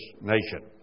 nation